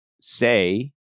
say